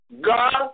God